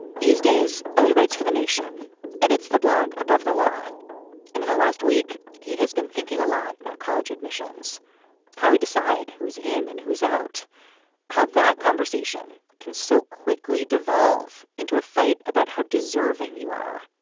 these days ellie writes for the nation edits the blog above the law and in the last week he has been thinking a lot about college admissions how we decide who's in and who's out how that conversation can so quickly devolve into a fight about how deserving you are.